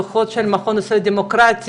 דוחות של המכון הישראלי לדמוקרטיה,